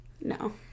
no